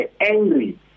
angry